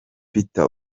peter